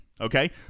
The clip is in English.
okay